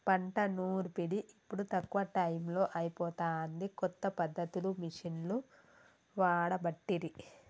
పంట నూర్పిడి ఇప్పుడు తక్కువ టైములో అయిపోతాంది, కొత్త పద్ధతులు మిషిండ్లు వాడబట్టిరి